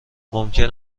ممکن